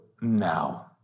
now